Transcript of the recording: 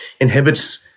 inhibits